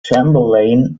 chamberlain